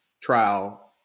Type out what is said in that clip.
trial